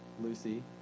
Lucy